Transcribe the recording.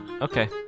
Okay